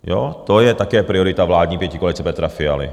Ano, to je také priorita vládní pětikoalice Petra Fialy.